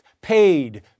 paid